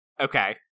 Okay